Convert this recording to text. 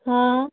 हां